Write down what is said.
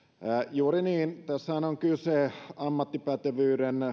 juuri niin tässähän on kyse siitä että ammattipätevyyden